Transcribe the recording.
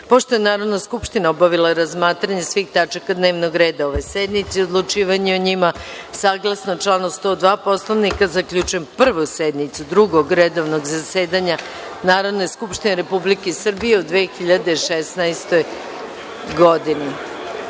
je Narodna skupština obavila razmatranje svih tačaka dnevnog reda ove sednice i odlučivanje o njima, saglasno članu 102. Poslovnika, zaključujem Prvu sednicu Drugog redovnog zasedanja Narodne skupštine Republike Srbije u 2016. godini. Hvala